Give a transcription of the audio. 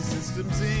Systems